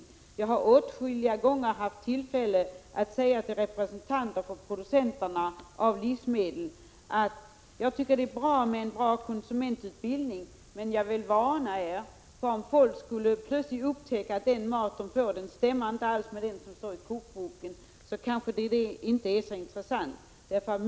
Men jag har åtskilliga gånger haft tillfälle att till representanter för producenter av livsmedel säga: Det är bra med en god konsumentutbildning, men jag vill varna för om folk plötsligt skulle upptäcka att kvaliteten på den mat som de får inte stämmer med vad som står i recepten i kokböckerna, även om det kanske inte är så intressant.